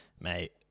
Mate